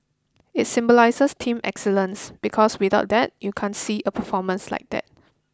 it symbolises team excellence because without that you can't see a performance like that